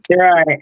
Right